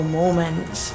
moments